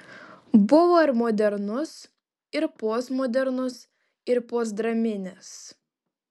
buvo ir modernus ir postmodernus ir postdraminis